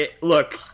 look